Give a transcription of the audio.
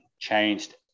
Changed